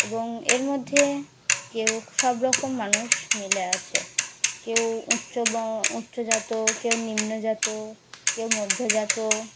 এবং এর মধ্যে কেউ সব রকম মানুষ মিলে আছে কেউ উচ্চ বঁ উচ্চজাত কেউ নিম্নজাত কেউ মধ্যজাত